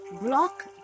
block